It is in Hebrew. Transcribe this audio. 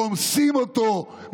רומסים אותו.